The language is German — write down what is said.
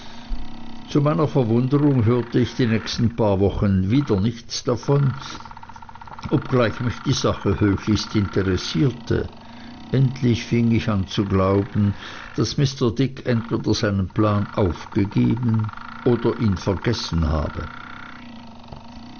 zu meiner verwunderung hörte ich die nächsten paar wochen nichts wieder davon obgleich mich die sache höchlichst interessierte endlich fing ich an zu glauben daß mr dick entweder seinen plan aufgegeben oder ihn vergessen habe